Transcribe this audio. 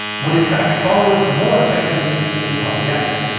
would attract followers more effectively than propaganda.